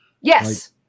Yes